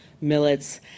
millets